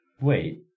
Wait